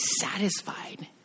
satisfied